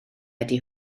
ydy